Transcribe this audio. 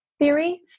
theory